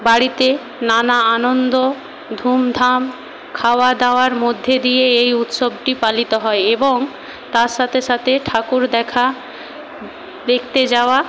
বাড়িতে নানা আনন্দ ধুমধাম খাওয়া দাওয়ার মধ্যে দিয়ে এই উৎসবটি পালিত হয় এবং তার সাথে সাথে ঠাকুর দেখা দেখতে যাওয়া